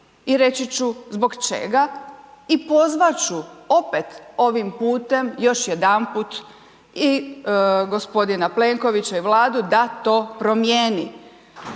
i reći ću zbog čega i pozvat ću opet ovim putem još jedanput i g. Plenkovića i Vladu da to promijeni.